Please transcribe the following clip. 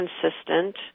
consistent